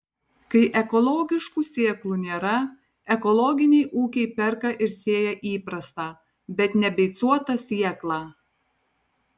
kai ekologiškų sėklų nėra ekologiniai ūkiai perka ir sėja įprastą bet nebeicuotą sėklą